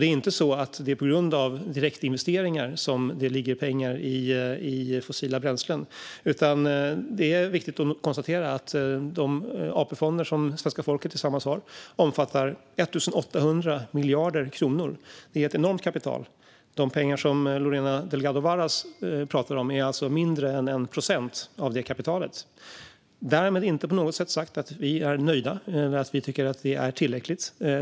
Det är alltså inte på grund av direktinvesteringar som det ligger pengar i fossila bränslen. Det är viktigt att konstatera att de AP-fonder som svenska folket tillsammans har omfattar 1 800 miljarder kronor. Det är ett enormt kapital. De pengar som Lorena Delgado Varas talar om utgör alltså mindre än 1 procent av det kapitalet. Därmed inte på något sätt sagt att vi är nöjda eller att vi tycker att detta är tillräckligt.